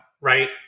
right